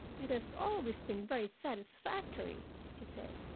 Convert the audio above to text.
it has always been very satisfactory, she said.